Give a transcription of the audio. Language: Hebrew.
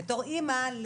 בתור אימא.